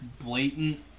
blatant